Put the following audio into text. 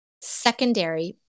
secondary